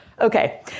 Okay